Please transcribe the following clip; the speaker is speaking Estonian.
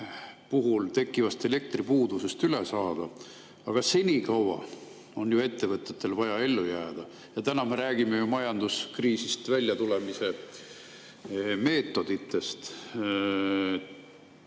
puhul tekkivast elektripuudusest üle saada, aga senikaua on ju ettevõtetel vaja ellu jääda. Täna me räägime ju majanduskriisist väljatulemise meetoditest.